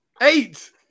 Eight